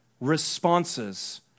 responses